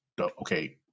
Okay